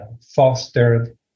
fostered